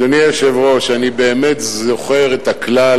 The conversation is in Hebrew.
אדוני היושב-ראש, אני באמת זוכר את הכלל